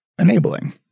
enabling